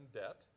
debt